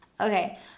Okay